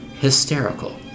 hysterical